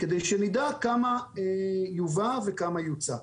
על מנת שנדע כמה יובא וגם ייוצא.